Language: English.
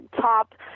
top